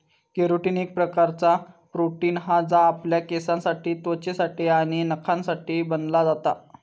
carotene एक प्रकारचा protein हा जा आपल्या केसांसाठी त्वचेसाठी आणि नखांसाठी बनला जाता